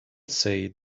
say